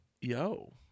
yo